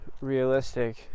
realistic